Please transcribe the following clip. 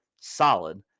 solid